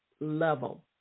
level